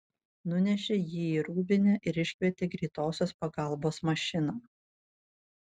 nunešė jį į rūbinę ir iškvietė greitosios pagalbos mašiną